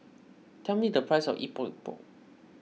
tell me the price of Epok Epok